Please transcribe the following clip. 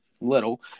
little